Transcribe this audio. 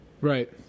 Right